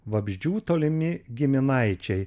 vabzdžių tolimi giminaičiai